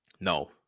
No